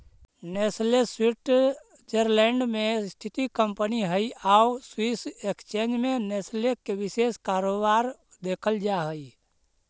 Nestle Switzerland में स्थित company हइ आउ स्विस एक्सचेंज में नेस्ले के विशेष कारोबार देखल जा हइ